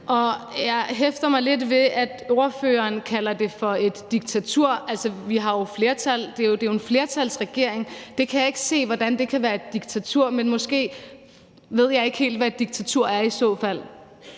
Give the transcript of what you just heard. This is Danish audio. Jeg hæfter mig lidt ved, at spørgeren kalder det for et diktatur. Altså, vi har jo flertal. Det er jo en flertalsregering. Det kan jeg ikke se hvordan kan være et diktatur, men måske ved jeg i så fald ikke helt, hvad et diktatur er. Kl.